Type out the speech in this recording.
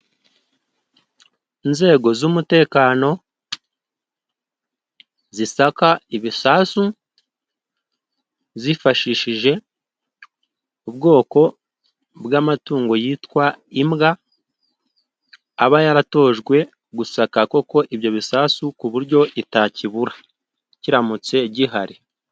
Inzego z'umutekano zisaka ibisasu zifashishije ubwoko bw'amatungo yitwa imbwa, iba yaratojwe gusaka koko ibyo bisasu , ku buryo itakibura kiramutse gihari.